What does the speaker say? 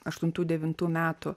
aštuntų devintų metų